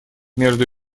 между